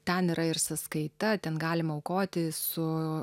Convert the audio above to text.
ten yra ir sąskaita ten galima aukoti su